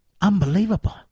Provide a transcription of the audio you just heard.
Unbelievable